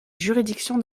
juridiction